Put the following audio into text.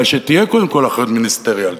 אלא שתהיה קודם כול אחריות מיניסטריאלית.